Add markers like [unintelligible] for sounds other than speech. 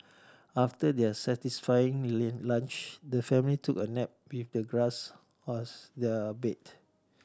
after their satisfying [unintelligible] lunch the family took a nap with the grass as their bed